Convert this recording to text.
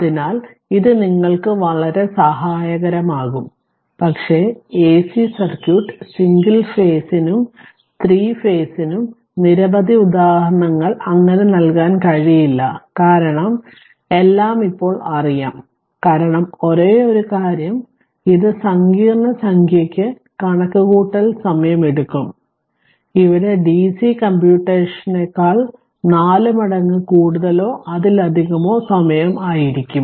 അതിനാൽ ഇത് നിങ്ങൾക്ക് വളരെ സഹായകരമാകും പക്ഷേ എസി സർക്യൂട്ട് സിംഗിൾ ഫേസിനും 3 ഫേസ് നും നിരവധി ഉദാഹരണങ്ങൾ അങ്ങനെ നൽകാൻ കഴിയില്ല കാരണം എല്ലാം ഇപ്പോൾ അറിയാം കാരണം ഒരേയൊരു കാര്യം ഇത് സങ്കീർണ്ണ സംഖ്യയ്ക്ക് കണക്കുകൂട്ടൽ സമയം എടുക്കും ഇവിടെ ഡിസി കംപ്യൂട്ടേഷനെക്കാൾ 4 മടങ്ങ് കൂടുതലോ അതിലധികമോ സമയം ആയിരിക്കും